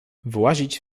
włazić